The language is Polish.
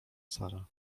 sara